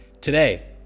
today